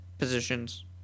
positions